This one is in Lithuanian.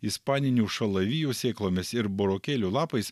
ispaninių šalavijų sėklomis ir burokėlių lapais